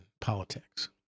politics